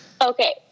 Okay